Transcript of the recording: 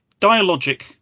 dialogic